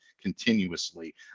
continuously